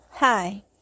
Hi